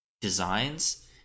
designs